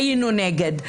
היינו נגד,